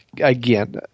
Again